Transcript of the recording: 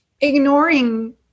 ignoring